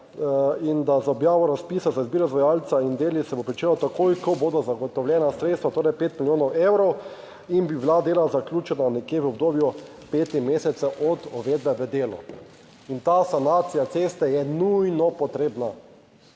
in da z objavo razpisa za izbiro izvajalca in deli se bo pričelo takoj, ko bodo zagotovljena sredstva, torej 5 milijonov evrov in bi bila dela zaključena nekje v obdobju petih mesecev od uvedbe v delu, in ta sanacija ceste je nujno potrebna,